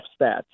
stats